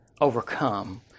overcome